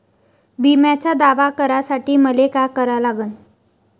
बिम्याचा दावा करा साठी मले का करा लागन?